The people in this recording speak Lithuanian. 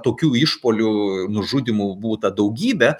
tokių išpuolių nužudymų būta daugybė